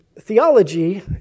Theology